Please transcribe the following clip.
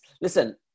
listen